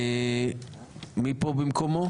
מי פה במקומו?